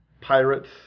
Pirates